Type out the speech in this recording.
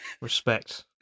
Respect